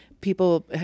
people